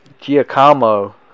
Giacomo